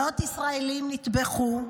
מאות ישראלים נטבחו,